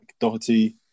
Doherty